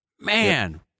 Man